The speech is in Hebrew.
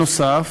נוסף